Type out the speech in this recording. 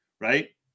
right